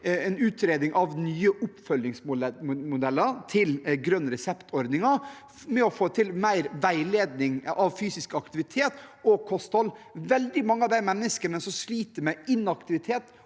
en utredning av nye oppfølgingsmodeller til grønn reseptordningen, med å få til mer veiledning i fysisk aktivitet og kosthold. Veldig mange av de menneskene som sliter med inaktivitet,